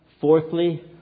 fourthly